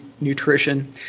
nutrition